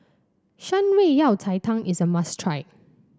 Shan Rui Yao Cai Tang is a must try